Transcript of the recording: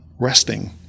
resting